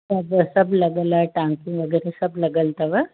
सभु सभु लॻियल आहे टांकियूं वग़ैरह सभु लगियलु अथव